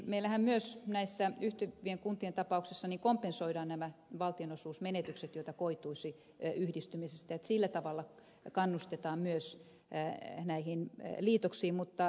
meillähän myös näissä yhtyvien kuntien tapauksissa kompensoidaan nämä valtionosuusmenetykset joita koituisi yhdistymisestä niin että sillä tavalla kannustetaan myös näihin liitoksiin mutta olenkin ed